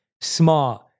smart